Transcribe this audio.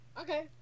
Okay